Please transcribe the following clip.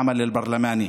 הפרלמנטרית.)